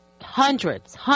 hundreds